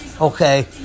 Okay